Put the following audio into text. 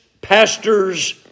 pastors